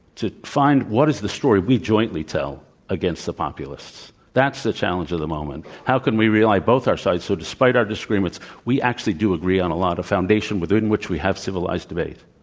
to find, what is the story we jointly tell against the populists? that's the challenge of the moment. how can we realign both our sides so despite our disagreements, we actually do agree on a lot of foundation within which we have civilized debate.